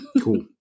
Cool